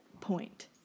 point